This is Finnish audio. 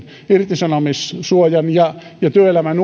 irtisanomissuojan ja työelämän